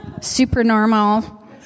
supernormal